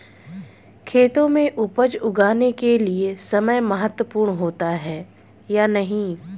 खेतों में उपज उगाने के लिये समय महत्वपूर्ण होता है या नहीं?